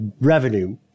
revenue